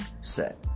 set